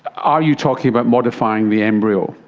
are you talking about modifying the embryo?